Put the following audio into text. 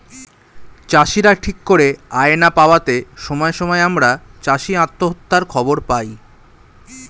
চাষীরা ঠিক করে আয় না পাওয়াতে সময়ে সময়ে আমরা চাষী আত্মহত্যার খবর পাই